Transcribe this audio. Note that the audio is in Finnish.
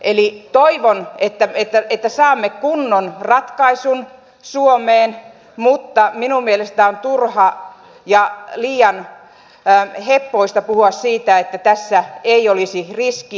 eli toivon että saamme kunnon ratkaisun suomeen mutta minun mielestäni on turha ja liian heppoista puhua siitä että tässä ei olisi riskiä